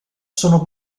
sono